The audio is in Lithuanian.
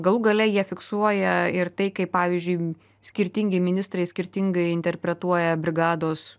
galų gale jie fiksuoja ir tai kaip pavyzdžiui skirtingi ministrai skirtingai interpretuoja brigados